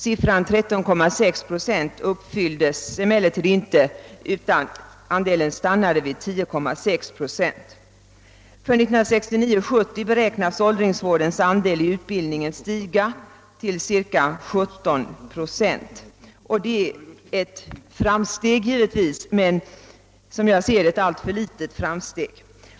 Siffran 13,6 procent blev emellertid inte verklighet, utan andelen stannade vid 10,6 procent. För läsåret 1969/70 beräknas åldringsvårdens andel i utbildningen stiga till ca 17 procent. Det är givetvis ett framsteg, men som jag ser det ett alltför litet framsteg.